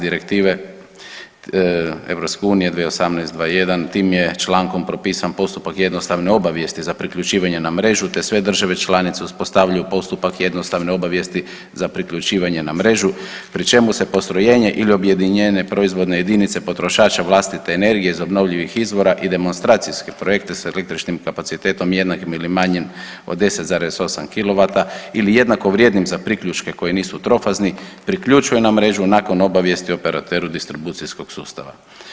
Direktive EU 2018/21 tim je člankom propisan postupak jednostavne obavijesti za priključivanje na mrežu te sve države članice uspostavljaju postupak jednostavne obavijesti za priključivanje na mrežu, pri čemu se postrojenje ili objedinjene proizvodne jedinice potrošača vlastite energije iz obnovljivih izvora i demonstracijske projekte sa električnim kapacitetom jednakim ili manjim od 10,8 kW ili jednako vrijednim za priključke koji nisu trofazni priključuje na mrežu nakon obavijesti operateru distribucijskog sustava.